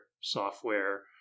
software